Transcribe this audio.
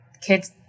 kids